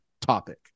topic